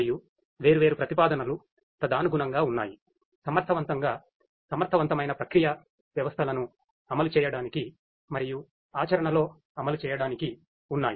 మరియు వేర్వేరు ప్రతిపాదనలు తదనుగుణంగా ఉన్నాయి సమర్థవంతంగా సమర్థవంతమైన ప్రక్రియ వ్యవస్థలను అమలు చేయడానికి మరియు ఆచరణలో అమలు చేయడానికి ఉన్నాయి